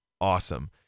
awesome